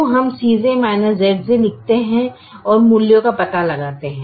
तो हम Cj Zj लिखते हैं और मूल्यों का पता लगाते हैं